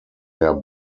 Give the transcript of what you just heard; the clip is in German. der